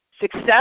success